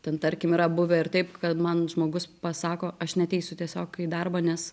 ten tarkim yra buvę ir taip kad man žmogus pasako aš neateisiu tiesiog į darbą nes